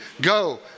go